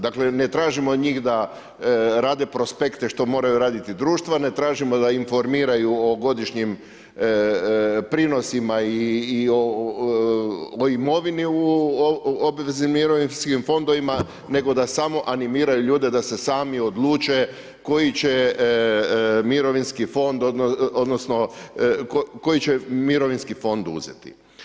Dakle, ne tražimo od njih da rade prospekte da moraju raditi društva, ne tražimo da informiraju o godišnjim prinosima i o imovini u obveznim mirovinskim fondovima nego da samo animiraju ljude da se sami odluče koji će mirovinski fond odnosno koji će mirovinski fond uzeti.